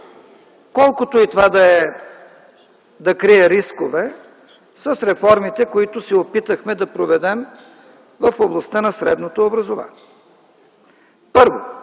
колкото това да крие рискове, с реформите, които се опитахме да проведем в областта на средното образование. Първо,